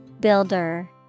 Builder